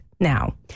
Now